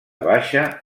baixa